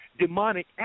demonic